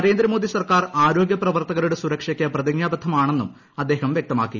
നരേന്ദ്ര മോദി സർക്കാർ ആരോഗൃ പ്രവർത്തകരുടെ സുരക്ഷയ്ക്ക് പ്രതിജ്ഞാബദ്ധരാണെന്നും അദ്ദേഹം വൃക്തമാക്കി